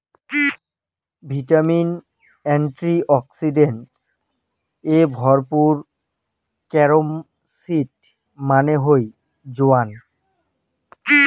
vitamin, antioxidants এ ভরপুর carom seed মানে হই জোয়ান